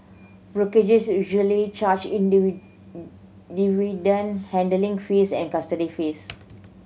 brokerage usually charge dividend handling fees and custody fees